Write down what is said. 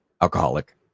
alcoholic